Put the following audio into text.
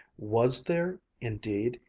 was there, indeed,